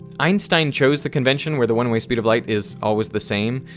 einstein chose the convention where the one-way speed of light is always the same,